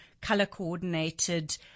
color-coordinated